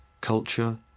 culture